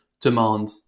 demand